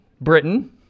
Britain